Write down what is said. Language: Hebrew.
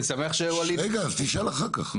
אני שמח שווליד --- אז תשאל אחר כך.